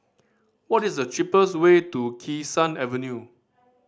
what is the cheapest way to Kee Sun Avenue